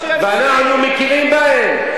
ואנחנו מכירים בהם.